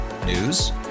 News